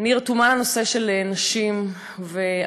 אני רתומה לנושא של נשים ועבודה,